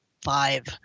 five